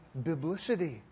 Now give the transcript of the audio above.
biblicity